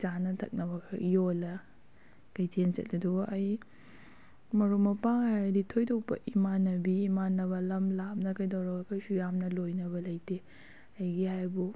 ꯆꯥꯅ ꯊꯛꯅꯕ ꯈꯔ ꯌꯣꯜꯂ ꯀꯩꯊꯦꯟ ꯆꯠꯂꯦ ꯑꯗꯨꯒ ꯑꯩ ꯃꯔꯨꯞ ꯃꯄꯥꯡ ꯍꯥꯏꯔꯗꯤ ꯊꯣꯏꯗꯣꯄ ꯏꯃꯥꯟꯅꯕꯤ ꯏꯃꯥꯟꯅꯕ ꯂꯝ ꯂꯥꯞꯅ ꯀꯩꯗꯧꯔꯒ ꯀꯩꯁꯨ ꯌꯥꯝꯅ ꯂꯣꯏꯅꯕ ꯂꯩꯇꯦ ꯑꯩꯒꯤ ꯍꯥꯏꯕꯨ